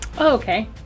Okay